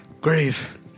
Grave